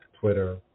Twitter